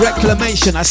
Reclamation